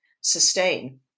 sustain